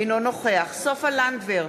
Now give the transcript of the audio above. אינו נוכח סופה לנדבר,